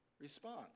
response